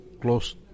close